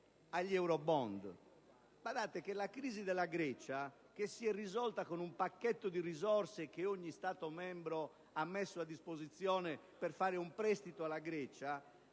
agli *eurobond*. Badate che, a seguito della crisi della Grecia (che si è risolta con un pacchetto di risorse che ogni Stato membro ha messo a disposizione per fare un prestito alla Grecia),